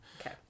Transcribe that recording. Okay